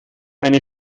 eine